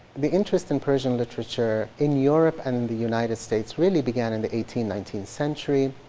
the interest in persian literature in europe and the united states really began in the eighteenth nineteenth century.